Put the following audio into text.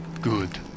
Good